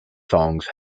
songs